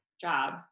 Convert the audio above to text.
job